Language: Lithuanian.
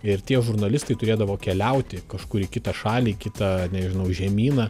ir tie žurnalistai turėdavo keliauti kažkur į kitą šalį į kitą nežinau žemyną